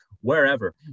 wherever